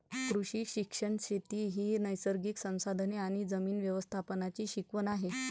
कृषी शिक्षण शेती ही नैसर्गिक संसाधने आणि जमीन व्यवस्थापनाची शिकवण आहे